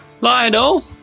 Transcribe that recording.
Lionel